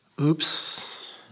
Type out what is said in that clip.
Oops